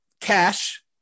Cash